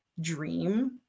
dream